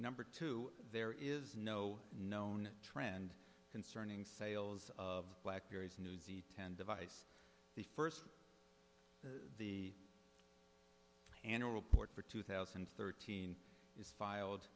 number two there is no known trend concerning sales of black berries newsy ten device the first the annual report for two thousand and thirteen is filed